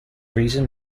reason